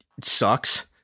sucks